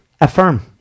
affirm